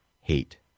hate